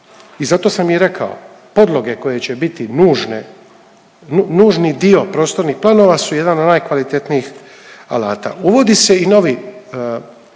I zato sam i rekao podloge koje će biti nužne, nužni dio prostornih planova su jedan od najkvalitetnijih alata. Uvodi se i novi